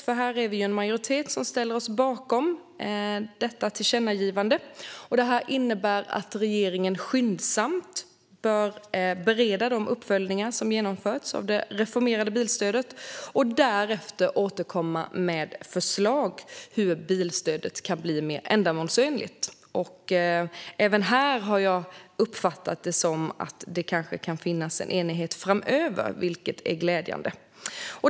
Vi är en majoritet som ställer oss bakom tillkännagivandet om detta som innebär att regeringen skyndsamt bör bereda de uppföljningar som genomförts av det reformerade bilstödet och därefter återkomma med förslag på hur bilstödet kan bli mer ändamålsenligt. Även här har jag uppfattat det som att det kanske kan finnas en enighet framöver, vilket är glädjande.